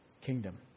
kingdom